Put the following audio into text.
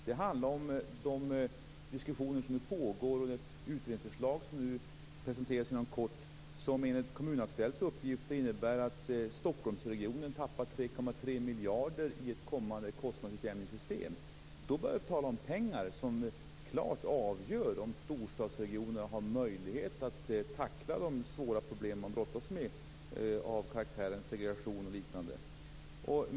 Det handlar om de diskussioner som pågår och det utredningsförslag som nu presenteras inom kort och som enligt tidningen Kommun Aktuellt innebär att Stockholmsregionen tappar 3,3 miljarder i ett kommande kostnadsutjämningssystem. Dessa pengar är avgörande för om storstadsregionerna har en möjlighet att tackla de svåra problem som man brottas med av karaktären segregation och liknande.